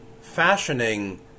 fashioning